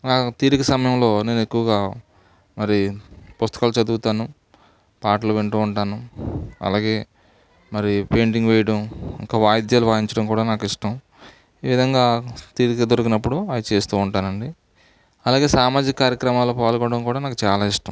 అలాగ తీరిక సమయంలో నేను ఎక్కువగా మరి పుస్తకాలు చదువుతాను పాటలు వింటూ ఉంటాను అలాగే మరి పెయింటింగ్ వేయడం ఇంకా వాయిద్యాలు వాయించడం కూడా నాకు ఇష్టం ఈ విధంగా తీరిక దొరికినప్పుడు అవి చేస్తూ ఉంటానండి అలాగే సామాజిక కార్యక్రమాల్లో పాల్గొనడం కూడా నాకు చాలా ఇష్టం